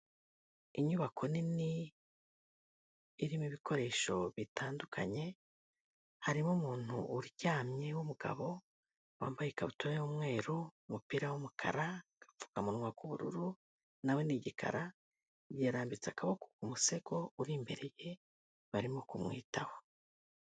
Inyubako nini irimo ibikoresho bitandukanye, harimo umuntu uryamye w'umugabo wambaye ikabutura y'umweru, umupira w'umukara, agapfukamunwa k'ubururu, nawe ni igikara, yarambitse akaboko ku musego uri imbere ye barimo kumwitaho.